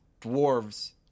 dwarves